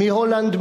מהולנד,